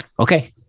Okay